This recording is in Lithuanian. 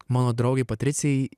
mano draugei patricijai